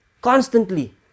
constantly